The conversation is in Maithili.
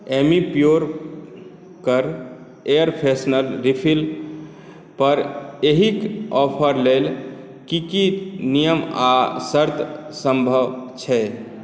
एमिप्योर कर एयर फ्रेशनर रिफिल पर एहि ऑफर लेल की की नियम आ शर्त संभव छै